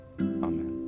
Amen